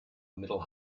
middle